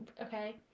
okay